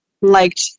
liked